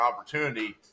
opportunity